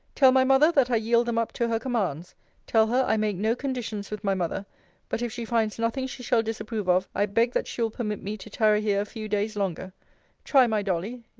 tell my mother, that i yield them up to her commands tell her, i make no conditions with my mother but if she finds nothing she shall disapprove of, i beg that she will permit me to tarry here a few days longer try, my dolly,